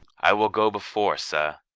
i will go before, sir.